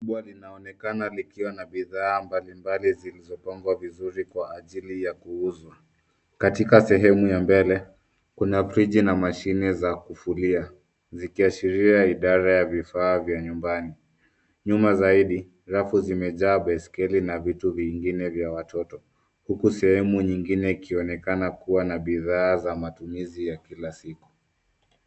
Duka kubwa linaonekan likiwa na bidhaa mbalimbali zilizopangwa vizuri kwa ajili ya kuuzwa. Katika sehemu ya mbele, kuna friji na mashine za kufulia zikiashiria idara ya vifaa vya nyumbani. Nyuma zaidi, rafu zimejaa baiskeli na vitu vingine vya watoto huku sehemu nyingine ikionekana kuwa na bidhaa za matumizi ya kila siku.